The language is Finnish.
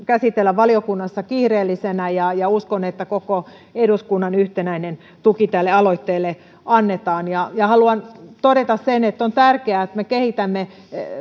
käsitellä valiokunnassa kiireellisenä ja ja uskon että koko eduskunnan yhtenäinen tuki tälle aloitteelle annetaan haluan todeta sen että on tärkeää että me kehitämme